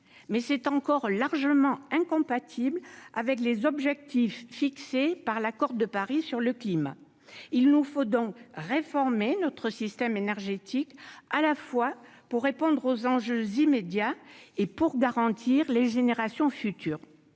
mais c'est encore largement incompatibles avec les objectifs fixés par l'accord de Paris sur le climat, il nous faut donc réformer notre système énergétique à la fois pour répondre aux enjeux immédiats et pour garantir les générations futures,